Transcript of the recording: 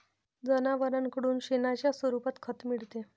जनावरांकडून शेणाच्या स्वरूपात खत मिळते